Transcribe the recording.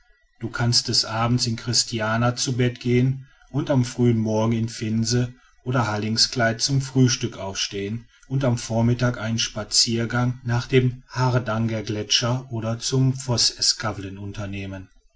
du kannst des abends in kristiania zu bett gehen und am frühen morgen in finse oder hallingskeid zum frühstück aufstehen und am vormittag einen spaziergang nach dem hardangergletscher oder zum vosseskavlen unternehmen